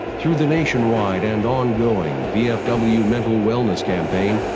through the nationwide and ongoing vfw mental wellness campaign,